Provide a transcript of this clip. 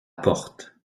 porte